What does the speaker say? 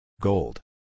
Gold